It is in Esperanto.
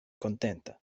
kontenta